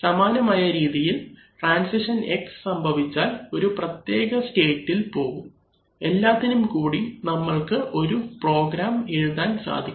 സമാനമായ രീതിയിൽ transition X സംഭവിച്ചാൽ ഒരു പ്രത്യേക സ്റ്റേറ്റ് ഇൽ പോകും എല്ലാത്തിനും കൂടി നമ്മൾക്ക് ഒരു പ്രോഗ്രാം എഴുതാൻ സാധിക്കും